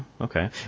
okay